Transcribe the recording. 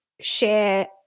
share